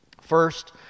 First